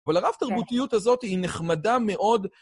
אבל הרב תרבותיות הזאת היא נחמדה מאוד.